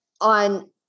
on